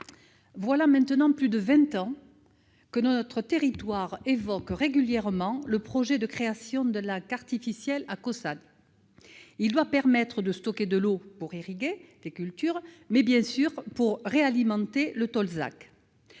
voilà maintenant plus de vingt ans que notre territoire évoque régulièrement le projet de création d'un lac artificiel à Caussade. Ce lac artificiel doit permettre de stocker de l'eau pour irriguer les cultures et, bien sûr, pour réalimenter le Tolzac.